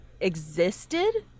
existed